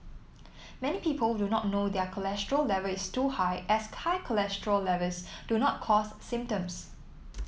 many people do not know their cholesterol level is too high as high cholesterol levels do not cause symptoms